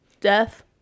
Death